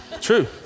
True